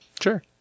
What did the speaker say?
Sure